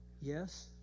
yes